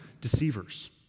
deceivers